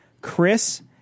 Chris